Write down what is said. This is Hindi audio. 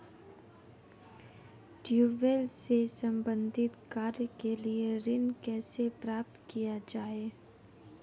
ट्यूबेल से संबंधित कार्य के लिए ऋण कैसे प्राप्त किया जाए?